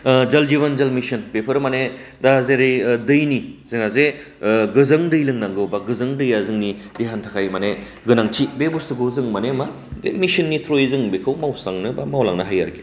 ओ जल जीवन मिशन बेफोरो माने दा जेरै दैनि जोंहा जे ओ गोजों दै लोंनांगौ बा गोजों दैआ जोंनि देहानि थाखै माने गोनांथि बे बुस्थुखौ जों माने मा बे मिसननि थ्रुयै जों बेखौ मावस्रांनो बा मावलांनो हायो आरखि